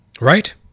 Right